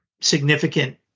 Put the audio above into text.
significant